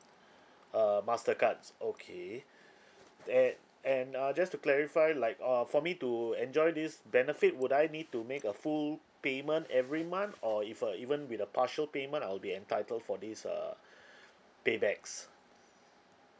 err mastercards okay a~ and uh just to clarify like uh for me to enjoy this benefit would I need to make a full payment every month or if uh even with a partial payment I'll be entitled for this uh paybacks